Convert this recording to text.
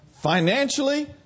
financially